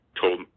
told